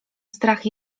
strach